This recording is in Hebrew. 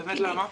באמת למה?